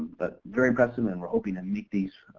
but very impressive and we're hoping to make these,